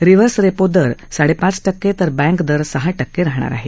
reverse repo दर साडेपाच टक्के तर बँक दर सहा टक्के राहणार आहे